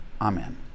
Amen